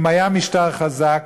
אם היה משטר חזק,